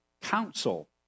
counsel